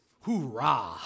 Hoorah